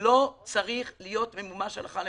הדבר הזה לא צריך להיות ממומש הלכה למעשה,